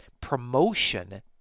promotion